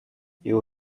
you